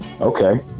okay